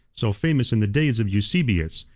so famous in the days of eusebius,